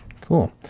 cool